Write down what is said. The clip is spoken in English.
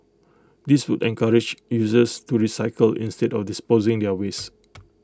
this would encourage users to recycle instead of disposing their waste